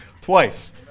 twice